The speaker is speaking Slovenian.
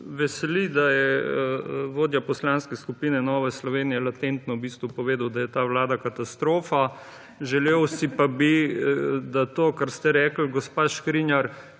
Veseli me, da je vodja Poslanske skupine Nova Slovenija latentno v bistvu povedal, da je ta vlada katastrofa. Želel bi si pa, da to, kar ste rekli, gospa Škrinjar,